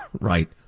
Right